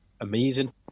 amazing